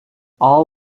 all